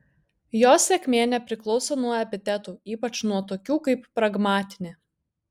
jos sėkmė nepriklauso nuo epitetų ypač nuo tokių kaip pragmatinė